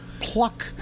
pluck